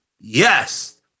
yes